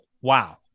Wow